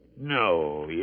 No